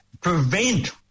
prevent